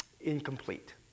incomplete